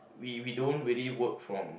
we we don't really work from